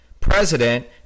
President